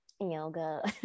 Yoga